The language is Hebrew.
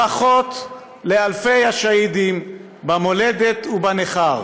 ברכות לאלפי השהידים במולדת ובנכר.